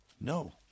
No